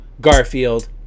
Garfield